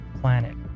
planet